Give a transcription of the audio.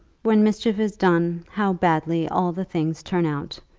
when mischief is done, how badly all the things turn out.